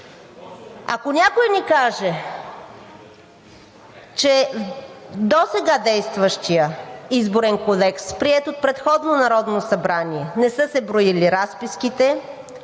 Ако някой ни каже, че според досега действащия Изборен кодекс, приет от предходно Народно събрание, не са се броили разписките,